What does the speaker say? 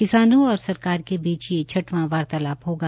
किसानों ओर सरकार के बीच ये छटवां वार्तालाप होगा